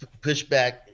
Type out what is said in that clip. pushback